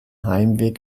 heimweg